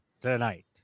tonight